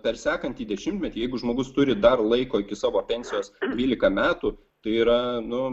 per sekantį dešimtmetį jeigu žmogus turi dar laiko iki savo pensijos dvylika metų tai yra nu